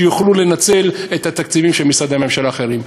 כך שיוכלו לנצל את התקציבים של משרדי הממשלה האחרים.